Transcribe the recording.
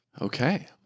Okay